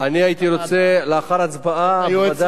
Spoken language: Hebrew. יש לי רשימה של העוסקים במלאכה.